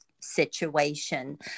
situation